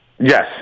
Yes